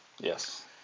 Yes